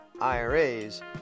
IRAs